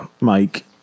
Mike